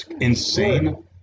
insane